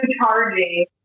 charging